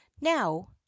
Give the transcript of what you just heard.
Now